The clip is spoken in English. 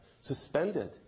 suspended